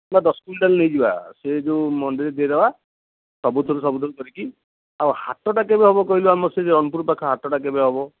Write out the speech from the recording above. ନା ଦଶ କୁଇଣ୍ଟାଲ୍ ନେଇଯିବା ସେ ଯେଉଁ ମଣ୍ଡିରେ ଦେଇଦେବା ସବୁଥିରୁ ସବୁଥିରୁ କରିକି ଆଉ ହାଟଟା କେବେ ହେବ କହିଲୁ ଆମର ସେ ଯେଉଁ ଜନପୁର ପାଖ ହାଟଟା କେବେ ହେବ